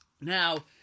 Now